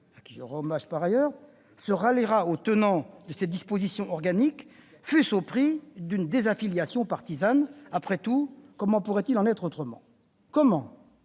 de ligne de conduite et se ralliera aux tenants de cette disposition organique, fût-ce au prix d'une désaffiliation partisane. Après tout, comment pourrait-il en être autrement ? Comment